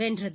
வென்றது